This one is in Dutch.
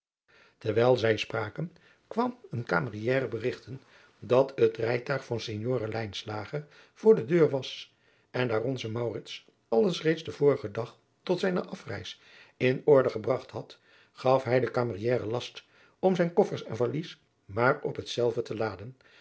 terwijl zij spraken kwam een camieriere berigten dat het rijtuig voor signore lijnslager voor de deur was en daar onze maurits alles reeds den vorigen dag tot zijne afreis in orde gebragt had gaf hij den camieriere last om zijn koffer en valies maar op hetzelve te laden